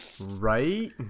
Right